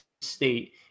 State –